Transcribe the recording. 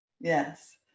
Yes